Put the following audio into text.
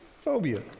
phobia